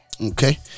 Okay